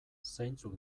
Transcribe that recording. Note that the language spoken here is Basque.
zeintzuk